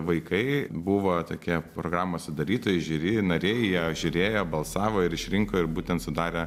vaikai buvo tokie programos sudarytojai žiuri ir nariai jie žiūrėjo balsavo ir išrinko ir būtent sudarė